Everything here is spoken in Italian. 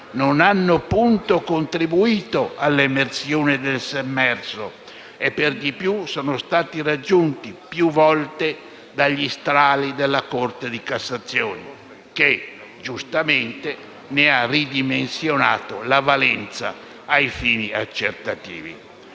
non hanno punto contribuito all'emersione del sommerso e per di più sono stati raggiunti più volte dagli strali della Corte di cassazione che, giustamente, ne ha ridimensionato la valenza ai fini accertativi.